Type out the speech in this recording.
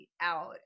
out